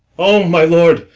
o! my lord,